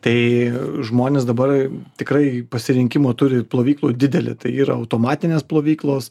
tai žmonės dabar tikrai pasirinkimo turi plovyklų didelį tai yra automatinės plovyklos